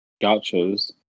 Gaucho's